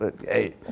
hey